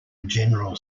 general